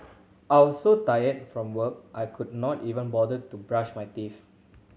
I was so tired from work I could not even bother to brush my teeth